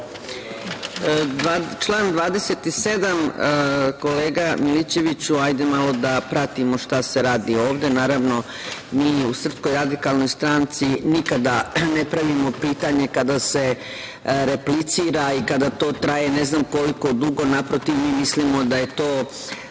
član 27. Kolega Milićeviću, hajde malo da pratimo šta se radi ovde. Naravno, mi u SRS nikada ne pravimo pitanje kada se replicira i kada to traje ne znam koliko dugo, naprotiv, mi mislimo da je to